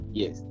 yes